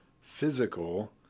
physical